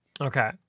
Okay